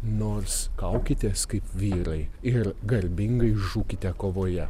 nors kaukitės kaip vyrai ir garbingai žūkite kovoje